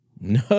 No